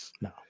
No